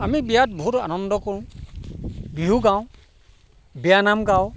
আমি বিয়াত বহুত আনন্দ কৰোঁ বিহু গাওঁ বিয়ানাম গাওঁ